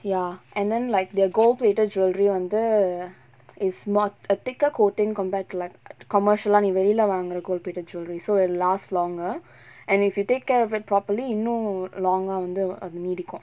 ya and then like their gold plated jewellery வந்து:vanthu is not a thicker coating compared to like commercial lah நீ வெளில வாங்குர:nee velila vaangura gold plated jewellery so it will last longer and if you take care of it properly இன்னும்:innum long ah வந்து அது நீடிக்கும்:vanthu athu needikkum